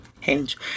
hinge